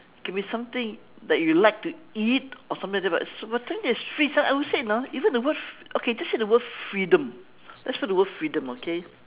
can be something that you like to eat or something like that but one thing that is free this one I would say you know even the word okay just say the word freedom just say the word freedom okay